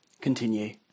Continue